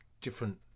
different